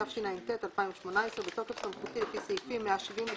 התשע"ט 2018 "בתוקף סמכותי לפי סעיפים 173,